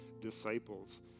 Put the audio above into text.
disciples